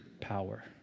power